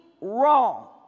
wrong